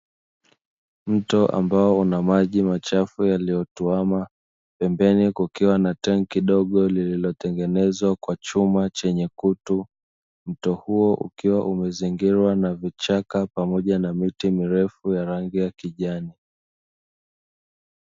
Mto ambao una maji machafu yaliyotuama pembeni kukiwa na tenki dogo lililotengenezwa kwa chuma chenye kutu, mto huo ukiwa umezingirwa na vichaka pamoja na miti mirefu ya rangi ya kijani.